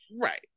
Right